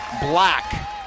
black